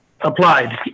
applied